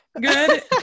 Good